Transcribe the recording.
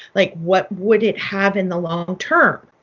like, what would it have in the long term?